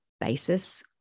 basis